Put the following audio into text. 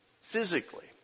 Physically